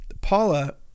Paula